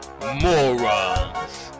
Morons